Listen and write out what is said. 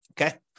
Okay